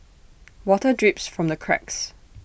water drips from the cracks